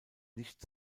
nicht